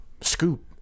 scoop